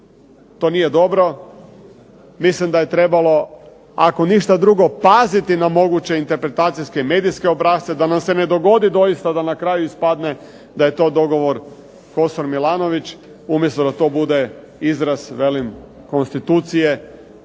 To nije dobro. Mislim da je trebalo, ako ništa drugo paziti na moguće interpretacijske medijske obrasce da nam se ne dogodi doista da na kraju ispadne da je to dogovor Kosor – Milanović umjesto da to bude izraz velim konstitucije